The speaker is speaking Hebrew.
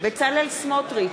בצלאל סמוטריץ,